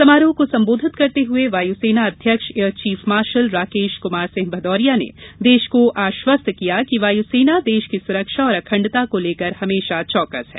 समारोह को संबोधित करते हए वायुसेना अध्यक्ष air chief marshal Rakesh Kumar Singh Bhadauria ने देश को आश्वस्त किया कि वायु सेना देश की सुरक्षा और अखंडता को लेकर हमेशा चौकस है